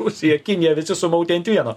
rusija kinija visi sumauti ant vieno